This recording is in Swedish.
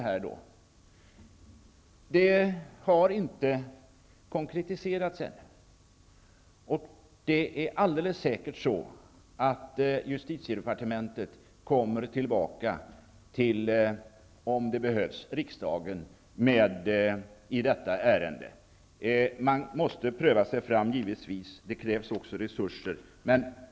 Förslaget har inte konkretiserats ännu, och det är helt säkert så att justitiedepartementet, om det behövs, kommer tillbaka till riksdagen i detta ärende. Man måste givetvis pröva sig fram, men det krävs också resurser.